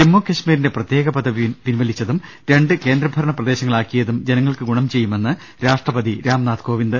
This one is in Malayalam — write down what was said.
ജമ്മു കശ്മീരിന്റെ പ്രത്യേക പിദ്വി പിൻവലിച്ചതും രണ്ട് കേന്ദ്ര ഭരണ പ്രദേശങ്ങളാക്കിയതും ജനങ്ങൾക്ക് ഗുണം ചെയ്യുമെന്ന് രാഷ്ട്രപതി രാംനാഥ് കോവിന്ദ്